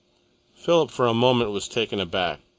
philip for a moment was taken aback.